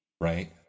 right